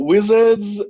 Wizards